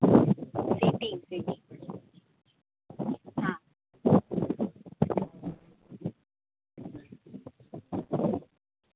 city હા